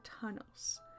tunnels